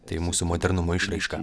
tai mūsų modernumo išraiška